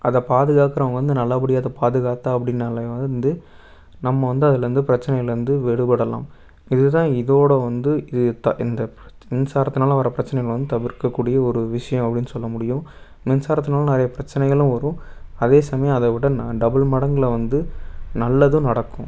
அதைப் பாதுகாக்குறவங்க வந்து நல்லப்படியாக அதைப் பாதுகாத்தாக அப்படினாலயும் வந்து நம்ம வந்து அதுலருந்து பிரச்சனயில் இருந்து விடுபடலாம் இதுதான் இதோட வந்து இது தா இந்த மின்சாரத்துனால வர்ற பிரச்சனைகள் வந்து தவிர்க்கக்கூடிய ஒரு விஷ்யம் அப்படின்னு சொல்லமுடியும் மின்சாரத்துனால நிறையப் பிரச்சனைகளும் வரும் அதேசமயம் அதைவிட நான் டபுள் மடங்கில் வந்து நல்லதும் நடக்கும்